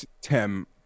Tim